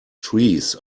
trees